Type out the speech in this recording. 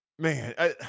Man